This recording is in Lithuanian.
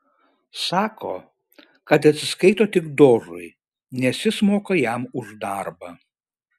sako kad atsiskaito tik dožui nes jis moka jam už darbą